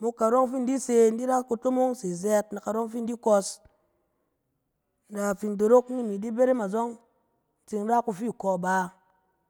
Mok karɔ fin di ra kutomong se zɛɛt na karɔ fin in di kos, na fin dorok ni di berem azɔng, in tsin ra kufi kɔ bá.